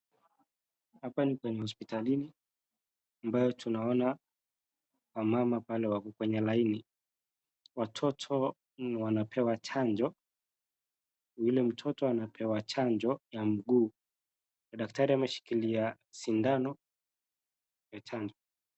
Hapa ni kwenye hospitalini ambayo tunaona wamama pale wako kwenye laini. Watoto wanapewa chanjo, yule mtoto anapewa chanjo ya mguu, daktari ameshikila sindano ya chanjo.